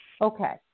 okay